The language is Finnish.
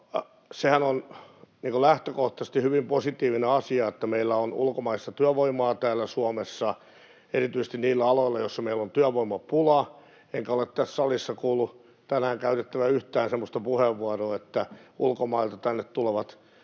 Sehän on lähtökohtaisesti hyvin positiivinen asia, että meillä on ulkomaista työvoimaa täällä Suomessa erityisesti niillä aloilla, joilla meillä on työvoimapula, enkä ole tässä salissa kuullut tänään käytettävän yhtään semmoista puheenvuoroa, että ulkomailta tänne tulevat